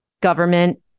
government